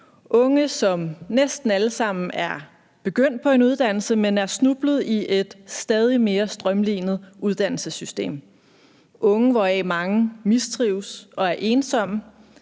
unge, som næsten alle sammen er begyndt på en uddannelse, men som er snublet i et stadig mere strømlinet uddannelsessystem, unge, hvoraf mange mistrives og er ensomme.